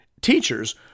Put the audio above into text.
teachers